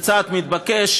זה צעד מתבקש,